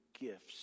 gifts